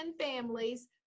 families